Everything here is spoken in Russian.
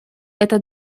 это